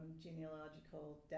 genealogical